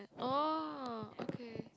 oh okay